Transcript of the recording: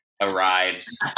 arrives